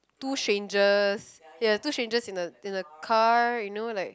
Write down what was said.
two strangers ya two strangers in the in the car you know like